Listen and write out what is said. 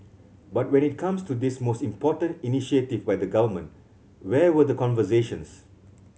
but when it comes to this most important initiative by the Government where were the conversations